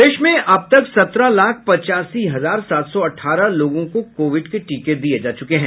प्रदेश में अब तक सत्रह लाख पचासी हजार सात सौ अठारह लोगों को कोविड के टीके दिये जा चुके हैं